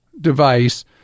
device